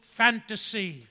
fantasy